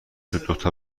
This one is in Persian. دوتا